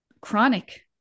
chronic